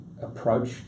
approach